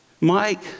Mike